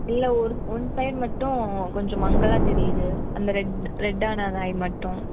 இல்லை ஒரு one side மட்டும் கொஞ்சம் மங்கலாக தெரியுது அந்த ரெட் ரெட்டான அந்த ஐ மட்டும்